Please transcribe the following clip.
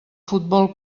futbol